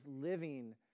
living